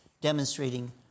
demonstrating